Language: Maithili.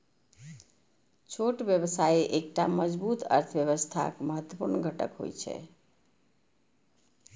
छोट व्यवसाय एकटा मजबूत अर्थव्यवस्थाक महत्वपूर्ण घटक होइ छै